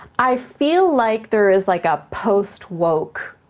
i feel like there is like a post-woke,